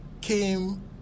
came